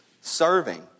serving